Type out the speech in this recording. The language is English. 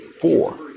four